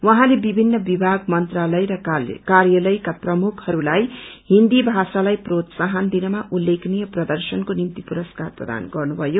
उहाँले विभिन्न विभाग मन्त्रालय र कार्यलयका प्रमुखहरूलाई हिन्दी भाषालाई प्रोत्साहन दिनमा उल्लेखनीय प्रदञ्चनको निम्ति पुरस्कार प्रदान गर्नुभयो